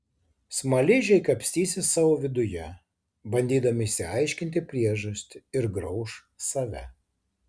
smaližiai kapstysis savo viduje bandydami išsiaiškinti priežastį ir grauš save